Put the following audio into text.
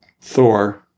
Thor